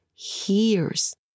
Hears